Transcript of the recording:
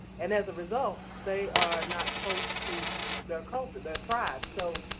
and as a result, they are not close to their culture, their tribe, so